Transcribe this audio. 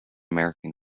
american